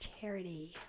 charity